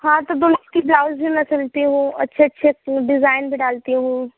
हाँ तो दुल्हन की ब्लाउज़ भी मैं सिलती हूँ अच्छे अच्छे डिज़ाइन भी डालती हूँ